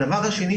הדבר השני,